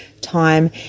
time